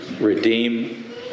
redeem